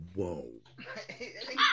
Whoa